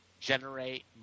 generate